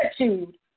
attitude